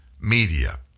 media